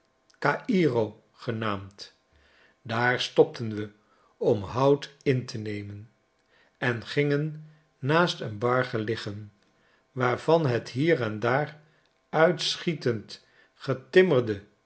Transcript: cairo genaamd daar stopten we om hout in te nemen en gingen naast een barge liggen waarvan het hier en daar uitschietend getimmerde